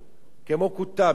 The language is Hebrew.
כמו כותאב יש שם.